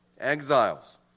exiles